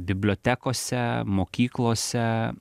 bibliotekose mokyklose